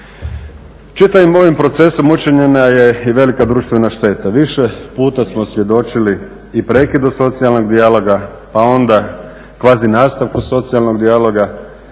Čitavim ovim procesom učinjena je i velika društvena šteta. Više puta smo svjedočili i prekidu socijalnog dijaloga, pa onda kvazi nastavku socijalnog dijaloga,